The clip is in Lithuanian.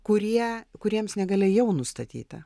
kurie kuriems negalia jau nustatyta